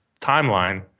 timeline